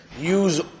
use